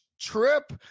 trip